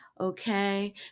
Okay